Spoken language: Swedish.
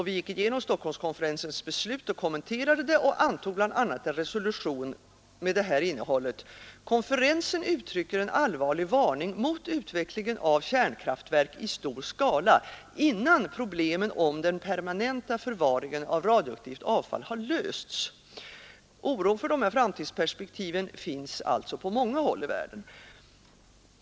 Vi gick igenom Stockholmskonferensens beslut, kommenterade det och antog bl.a. en resolution med följande innehåll: ”Konferensen uttrycker en allvarlig varning mot utvecklingen av kärnkraftverk i stor skala innan problemen om den permanenta förvaringen av radioaktivt avfall har lösts.” Oron för dessa framtidsperspektiv finns alltså på många håll i världen.